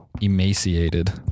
Emaciated